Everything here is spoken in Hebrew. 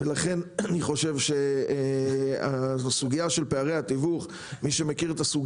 מי שמכיר את סוגית פערי התיווך יודע